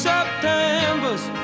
September's